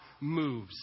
moves